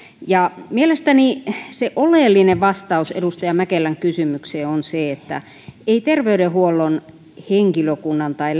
ja mielestäni se oleellinen vastaus edustaja mäkelän kysymykseen on se että ei terveydenhuollon henkilökunnan tai